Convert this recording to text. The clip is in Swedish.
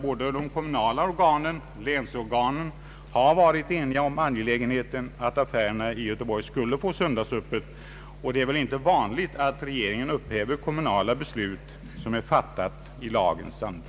Både kommunala organ och länsorgan har varit eniga om angelägenheten av att affärerna i Göteborg skulle få ha söndagsöppet, och det är väl inte vanligt att regeringen upphäver kommunala beslut som är fattade i lagens anda.